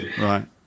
right